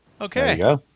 Okay